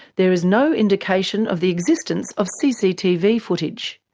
there is no indication of the existence of cctv footage.